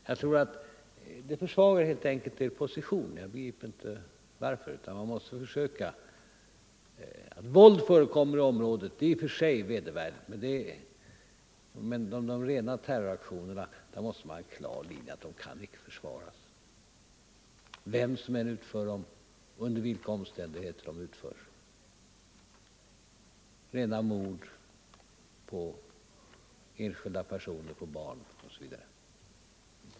Jag begriper inte varför ni gör det. Våld förekommer i området, och det är i och för sig vedervärdigt. Men när det gäller de rena terroraktionerna måste det vara en klar linje. De kan icke försvaras, vem som än utför dem, under vilka omständigheter de än utförs. Det är fråga om rena mord på enskilda personer, på barn osv.